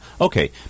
Okay